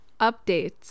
updates